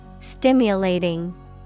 stimulating